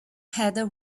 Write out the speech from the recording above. heather